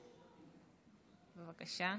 בבקשה.